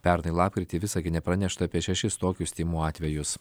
pernai lapkritį visagine pranešta apie šešis tokius tymų atvejus